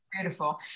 beautiful